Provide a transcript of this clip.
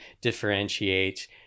differentiate